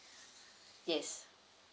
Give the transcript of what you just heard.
yes